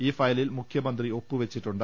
ഈ ഫയലിൽ മുഖ്യമന്ത്രി ഒപ്പുവച്ചിട്ടുണ്ട്